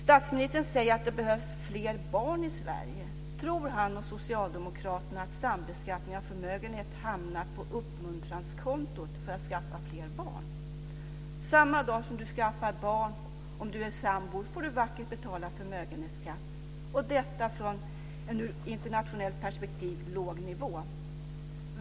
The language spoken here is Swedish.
Statsministern säger att det behövs fler barn i Sverige. Tror han och socialdemokraterna att sambeskattning av förmögenhet hamnar på uppmuntranskontot för att skaffa fler barn? Samma dag som du skaffar barn får du om du är sambo vackert betala förmögenhetsskatt, och detta från en ur internationellt perspektiv låg nivå.